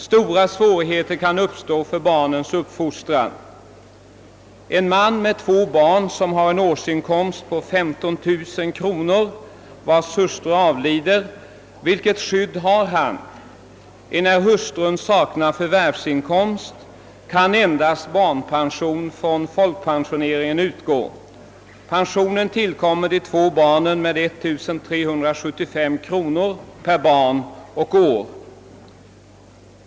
Stora svårigheter kan uppstå när det gäller barnens uppfostran 0. s. v. Vilket skydd har en man med två barn och en årsinkomst på 15 000 kronor, när hustrun avlider? Ja, eftersom hustrun saknat förvärvsinkomst kan endast barnpension från folkpensioneringen utgå. Sådan pension tillkommer de två barnen med 1375 kronor per barn och år.